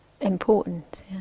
important